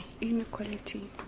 Inequality